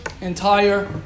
entire